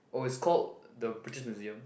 oh it's called the British Museum